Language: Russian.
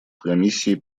комиссии